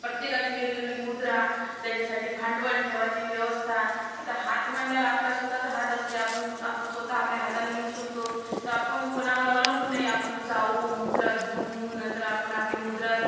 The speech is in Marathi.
प्रत्येकाची वेगवेगळी मुद्रा त्याच्यासाठी भांडवल ठेवायची व्यवस्था आता हात म्हणल्यावर आपला स्वत चं हात असते आपण आपण स्वत आपल्या हाताने लिहू शकतो तर आपण कोणावर अवलंबून नाही आपण जाऊ मुद्रा घेऊन येऊ नंतर आपण आपली मुद्रा